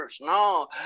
No